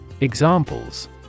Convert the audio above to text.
Examples